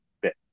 bit